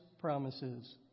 promises